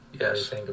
Yes